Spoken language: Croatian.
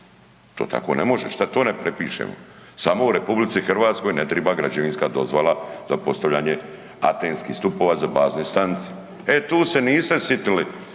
to tako ne može, šta to ne prepišemo. Samo u RH ne triba građevinska dozvola za postavljanje antenskih stupova za bazne stanice, e tu se niste sitili